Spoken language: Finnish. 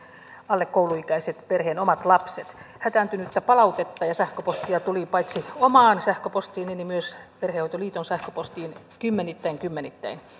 alle kouluikäiset perheen omat lapset hätääntynyttä palautetta ja sähköpostia tuli paitsi omaan sähköpostiini myös perhehoitoliiton sähköpostiin kymmenittäin ja kymmenittäin